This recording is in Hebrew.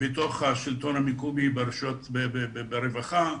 בשלטון המקומי, ברווחה,